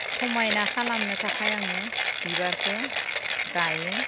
समायना खालामनो थाखाय आङो बिबारखौ गायो